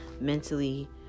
mentally